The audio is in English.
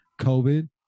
COVID